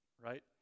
right